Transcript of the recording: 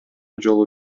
жолу